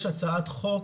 יש הצעת חוק